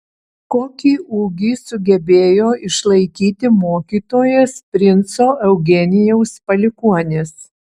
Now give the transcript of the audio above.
kokį ūgį sugebėjo išlaikyti mokytojas princo eugenijaus palikuonis